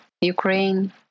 Ukraine